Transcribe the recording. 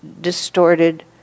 distorted